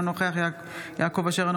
אינו נוכח יעקב אשר,